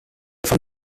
von